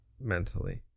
Mentally